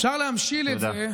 אפשר להמשיל את זה